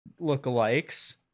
lookalikes